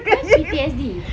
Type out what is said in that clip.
what is P_T_S_D